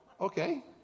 okay